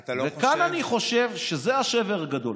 אתה לא חושב, וכאן אני חושב שזה השבר הגדול.